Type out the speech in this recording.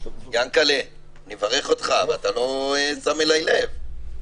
יענקל'ה, אני מברך אותך ואתה לא שם אליי לב.